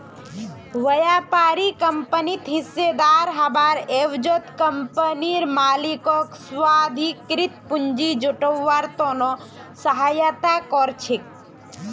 व्यापारी कंपनित हिस्सेदार हबार एवजत कंपनीर मालिकक स्वाधिकृत पूंजी जुटव्वार त न सहायता कर छेक